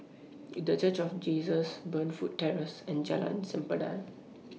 The Church of Jesus Burnfoot Terrace and Jalan Sempadan